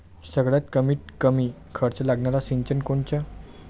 सगळ्यात कमीत कमी खर्च लागनारं सिंचन कोनचं?